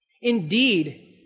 indeed